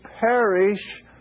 perish